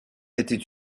était